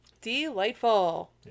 Delightful